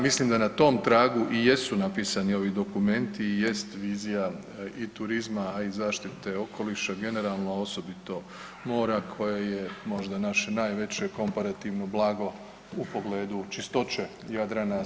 Mislim da na tom tragu i jesu napisani ovi dokumenti i jest vizija i turizma, a i zaštite okoliša generalno, a osobito more koje je možda naše najveće komparativno blago u pogledu čistoće Jadrana.